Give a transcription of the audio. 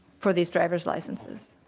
for these drivers licenses?